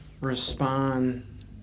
respond